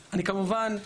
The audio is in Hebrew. אני, כמובן,